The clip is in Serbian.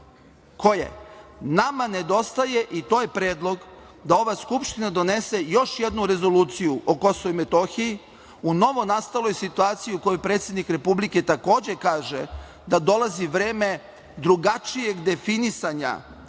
Koje? Nama nedostaje i to je predlog da ova Skupština donese još jednu rezoluciju o Kosovu i Metohiji u novonastaloj situaciji u kojoj predsednik Republike takođe kaže da dolazi vreme drugačijeg definisanja